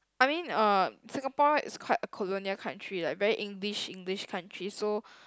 I mean uh Singapore is quite a colonial country like very English English country so